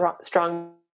strong